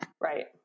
right